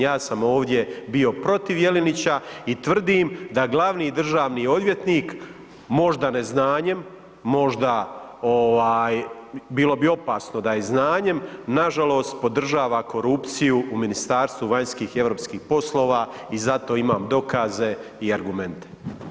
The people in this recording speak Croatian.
Ja sam ovdje bio protiv Jelinića i tvrdim da glavni državni odvjetnik možda neznanjem, možda, bilo bi opasno da i znanjem, nažalost podržava korupciju u Ministarstvu vanjskih i europskih poslova i za to imam dokaze i argumente.